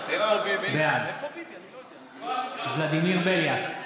בעד ולדימיר בליאק,